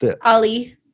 Ali